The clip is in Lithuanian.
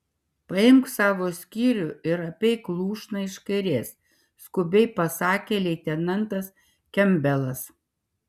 paimk savo skyrių ir apeik lūšną iš kairės skubiai pasakė leitenantas kempbelas